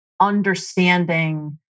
Understanding